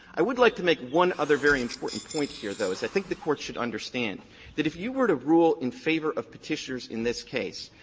i would like to make one other very important point here, though, is i think the court should understand that if you were to rule in favor of petitioners in this case,